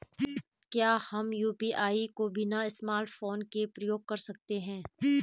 क्या हम यु.पी.आई को बिना स्मार्टफ़ोन के प्रयोग कर सकते हैं?